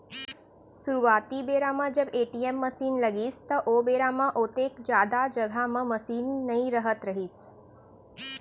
सुरूवाती बेरा म जब ए.टी.एम मसीन लगिस त ओ बेरा म ओतेक जादा जघा म मसीन नइ रहत रहिस